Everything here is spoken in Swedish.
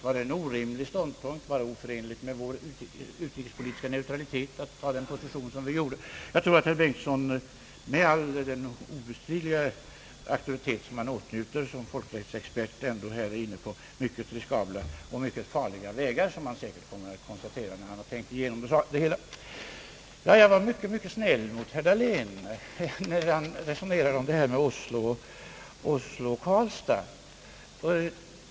Var det en orimlig ståndpunkt vi intog? Var det oförenligt med vår utrikespolitiska neutralitet att ta den position som vi gjorde? Jag tror att herr Bengtson med all den obestridliga auktoritet som han åtnjuter som folkrättsexpert ändå här är inne på mycket riskabla och mycket farliga vägar, vilket han säkert kommer att konstatera när han har tänkt igenom det hela. Jag var mycket snäll mot herr Dahlén när han resonerade om Oslo och Karlstad.